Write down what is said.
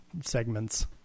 segments